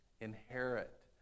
inherit